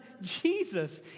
Jesus